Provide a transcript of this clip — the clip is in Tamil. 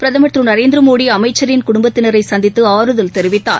பிரதமர் திரு நரேந்திர மோடி அமைச்சரின் குடும்பத்தினரை சந்தித்து ஆறுதல் தெரிவித்தார்